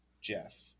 Jeff